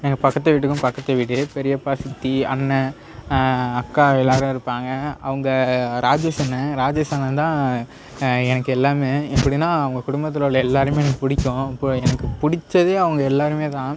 எங்கள் பக்கத்து வீட்டுக்கும் பக்கத்துக்கு வீடு பெரியப்பா சித்தி அண்ணன் அக்கா எல்லோரும் இருப்பாங்க அவங்க ராஜேஷ் அண்ணன் ராஜேஷ் அண்ணன்தான் எனக்கு எல்லாம் எப்படின்னா அவங்க குடும்பத்தில் உள்ள எல்லோருமே எனக்கு பிடிக்கும் இப்போது எனக்கு பிடிச்சது அவங்க எல்லோருமே தான்